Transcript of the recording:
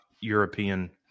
European